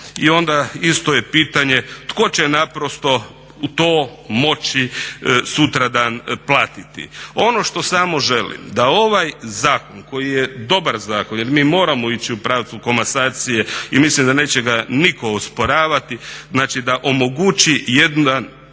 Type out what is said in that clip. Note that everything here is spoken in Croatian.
I onda isto je pitanje tko će naprosto u to moći sutradan platiti. Ono što samo želim da ovaj zakon koji je dobar zakon, jer mi moramo ići u pravcu komasacije i mislim da neće ga nitko osporavati znači da omogući jedan